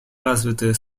развитые